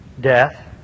death